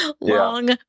long